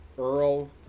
Earl